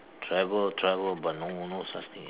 travel travel but no no such thing